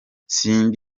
simba